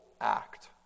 act